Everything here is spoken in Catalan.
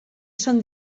són